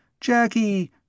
Jackie